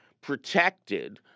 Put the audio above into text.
protected